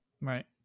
Right